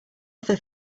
other